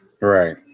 right